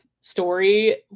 story